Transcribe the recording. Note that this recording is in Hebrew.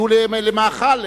יהיו למאכל,